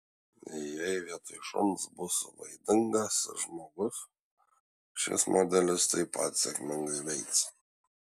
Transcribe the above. jei vietoj šuns bus vaidingas žmogus šis modelis taip pat sėkmingai veiks